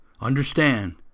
understand